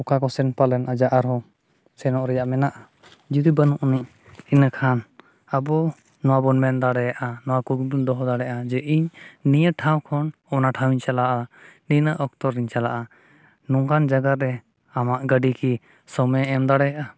ᱚᱠᱟ ᱠᱚᱥᱮᱱ ᱯᱟᱞᱮᱱ ᱟᱭᱟᱜ ᱟᱨᱦᱚᱸ ᱥᱮᱱᱚᱜ ᱨᱮᱭᱟᱜ ᱢᱮᱱᱟᱜᱼᱟ ᱡᱩᱫᱤ ᱵᱟᱹᱱᱩᱜ ᱟᱹᱱᱤᱡᱽ ᱤᱱᱟᱹᱠᱷᱟᱱ ᱟᱵᱚ ᱱᱚᱣᱟᱵᱚᱱ ᱢᱮᱱ ᱫᱟᱲᱮᱭᱟᱜᱼᱟ ᱱᱚᱣᱟ ᱠᱚᱵᱚᱱ ᱫᱚᱦᱚ ᱫᱟᱲᱮᱭᱟᱜᱼᱟ ᱡᱮ ᱤᱧ ᱱᱤᱭᱟᱹ ᱴᱷᱟᱶ ᱠᱷᱚᱱ ᱚᱱᱟ ᱴᱷᱟᱣᱤᱧ ᱪᱟᱞᱟᱜᱼᱟ ᱱᱤᱱᱟᱹᱜ ᱚᱠᱛᱚ ᱨᱤᱧ ᱪᱟᱞᱟᱜᱼᱟ ᱱᱚᱝᱠᱟᱱ ᱡᱟᱭᱜᱟᱨᱮ ᱟᱢᱟᱜ ᱜᱟᱹᱰᱤ ᱠᱤ ᱥᱚᱢᱚᱭᱮ ᱮᱢ ᱫᱟᱲᱮᱭᱟᱜᱼᱟ